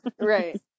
Right